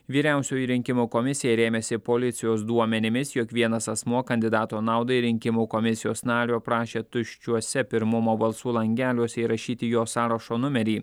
vyriausioji rinkimų komisija rėmėsi policijos duomenimis jog vienas asmuo kandidato naudai rinkimų komisijos nario prašė tuščiuose pirmumo balsų langeliuose įrašyti jo sąrašo numerį